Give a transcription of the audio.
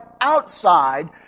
outside